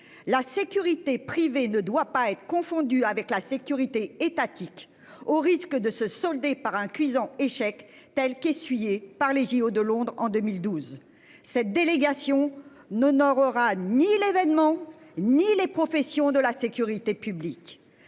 La sécurité privée ne doit pas être confondu avec la sécurité étatique au risque de se solder par un cuisant échec tels qu'essuyés par les JO de Londres en 2012. Cette délégation n'honore aura ni l'événement ni les professions de la sécurité publique.